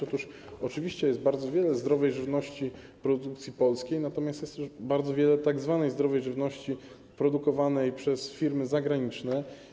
Otóż oczywiście jest bardzo wiele zdrowej żywności produkcji polskiej, natomiast jest już bardzo wiele tzw. zdrowej żywności produkowanej przez firmy zagraniczne.